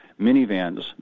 minivans